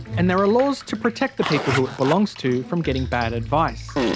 and there are laws to protect the people who it belongs to from getting bad advice.